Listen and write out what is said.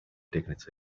dignity